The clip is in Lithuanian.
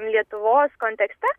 lietuvos kontekste